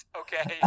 okay